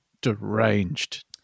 deranged